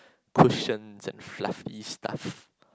cushions and fluffy stuffs